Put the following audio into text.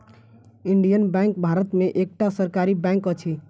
Indian bank Bharat में एकटा सरकारी बैंक अछि